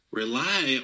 rely